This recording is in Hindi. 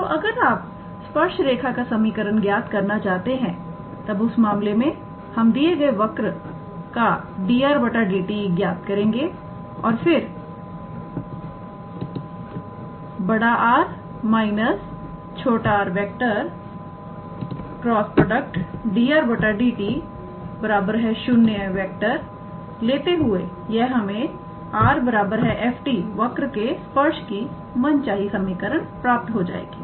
तो अगर आप स्पर्श रेखा का समीकरण ज्ञात करना चाहते हैं तब उस मामले में हम दिए गए वक्र का 𝑑𝑟⃗ 𝑑𝑡 ज्ञात करेंगे और फिर 𝑅⃗ −𝑟⃗ × 𝑑𝑟⃗ 𝑑𝑡 ⃗0 लेते हुए यह हमें𝑟⃗ 𝑓⃗𝑡 वर्क के स्पर्श की मनचाही समीकरण प्राप्त हो जाएगा